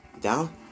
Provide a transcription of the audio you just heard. Down